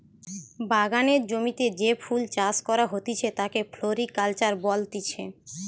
বাগানের জমিতে যে ফুল চাষ করা হতিছে তাকে ফ্লোরিকালচার বলতিছে